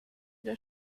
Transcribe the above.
der